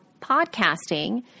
podcasting